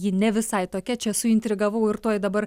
ji ne visai tokia čia suintrigavau ir tuoj dabar